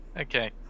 Okay